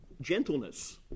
gentleness